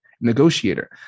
negotiator